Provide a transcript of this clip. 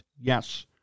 Yes